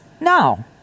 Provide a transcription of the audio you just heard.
No